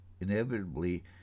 inevitably